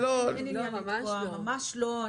ממש לא.